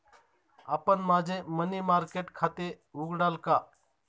आपण माझे money market खाते उघडाल का?